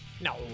No